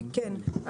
כן.